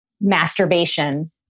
masturbation